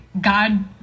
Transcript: God